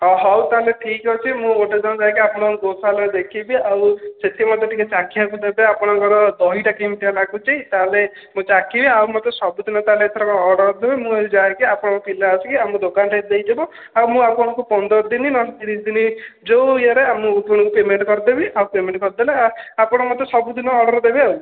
ଓ ହଉ ତାହାଲେ ଠିକ୍ ଅଛି ମୁଁ ଗୋଟେ ଦିନ ଯାଇକି ଆପଣଙ୍କ ଗୋଶାଲାରେ ଦେଖିବି ଆଉ ସେଠି ମଧ୍ୟ ଟିକେ ଚାଖିବାକୁ ଦେବେ ଆପଣଙ୍କ ଦହିଟା କେମିତିଆ ଲାଗୁଛି ତାହାଲେ ମୁଁ ଚାଖିବି ଆଉ ମୋତେ ସବୁଦିନ ତାହାଲେ ଏଥରକ ଅର୍ଡ଼ର୍ ଦେବେ ମୁଁ ଯାଇକି ଆପଣଙ୍କ ପିଲା ଆସିକି ଆମ ଦୋକାନରେ ଦେଇଯିବ ଆଉ ମୁଁ ଆପଣଙ୍କୁ ପନ୍ଦର ଦିନ ନ ହେଲେ ତିରିଶ ଦିନ ଯୋଉ ଇଏରେ ଆ ମୁଁ ଆପଣଙ୍କୁ ପେମେଣ୍ଟ୍ କରିଦେବି ଆଉ ପେମେଣ୍ଟ୍ କରିଦେଲେ ଆପଣ ମୋତେ ସବୁଦିନ ଅର୍ଡ଼ର୍ ଦେବେ ଆଉ